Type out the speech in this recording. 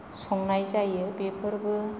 संनाय जायो बेफोरबो